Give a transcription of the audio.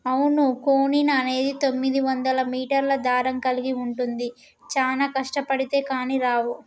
అవును కోకెన్ అనేది తొమ్మిదివందల మీటర్ల దారం కలిగి ఉంటుంది చానా కష్టబడితే కానీ రావు